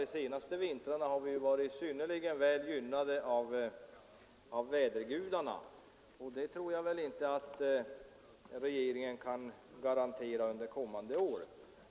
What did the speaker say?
De senaste vintrarna har vi ju varit synnerligen väl gynnade av vädergudarna, och det tror jag inte att regeringen kan garantera under kommande år.